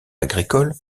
agricoles